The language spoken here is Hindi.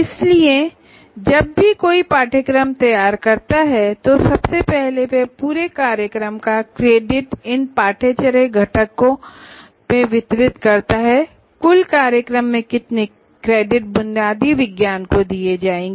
इसलिए जब भी कोई पाठ्यक्रम तैयार करता है तो सबसे पहले वह पूरे प्रोग्राम का क्रेडिट इन करिकलर कंपोनेंट में वितरित करता है कुल प्रोग्राम के कितने क्रेडिट बेसिक साइंस को दिए जाएंगे